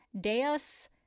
Deus